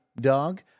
dog